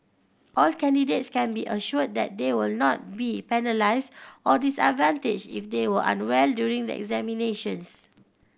all candidates can be assured that they will not be penalised or disadvantaged if they were unwell during the examinations